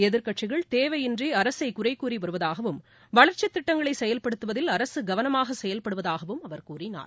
எதிர்க்கட்சிகள் தேவையின்றி அரசை குறை கூறி வருவதாகவும் வளர்ச்சித் திட்டங்களை செயல்படுத்துவதில் அரசு கவனமாக செயல்படுவதாகவும் அவர் கூறினார்